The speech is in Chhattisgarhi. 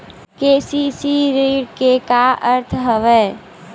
के.सी.सी ऋण के का अर्थ हवय?